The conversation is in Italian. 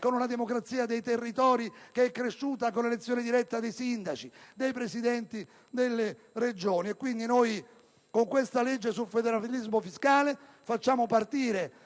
con una democrazia dei territori che è cresciuta con l'elezione diretta dei sindaci e dei Presidenti delle Regioni. Quindi, con questa legge sul federalismo fiscale, noi facciamo partire